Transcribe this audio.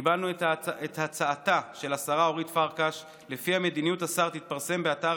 קיבלנו את הצעתה של השרה אורית פרקש שלפיה מדיניות השר תתפרסם באתר